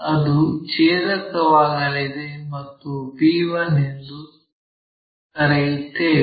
ಅದು ಛೇದಕವಾಗಲಿದೆ ಮತ್ತು b1 ಎಂದು ಕರೆಯುತ್ತೇವೆ